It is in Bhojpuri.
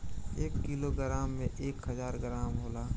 एक किलोग्राम में एक हजार ग्राम होला